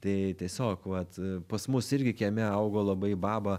tai tiesiog vat pas mus irgi kieme augo labai baba